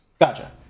Gotcha